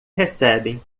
recebem